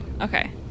Okay